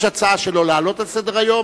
יש הצעה להעלות על סדר-היום,